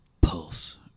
pulse